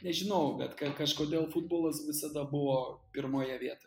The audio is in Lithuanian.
nežinau bet ka kažkodėl futbolas visada buvo pirmoje vietoje